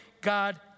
God